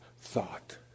thought